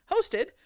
hosted